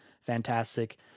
fantastic